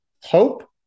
hope